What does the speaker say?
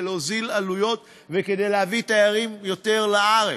להוזיל עלויות וכדי להביא יותר תיירים לארץ.